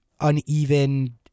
uneven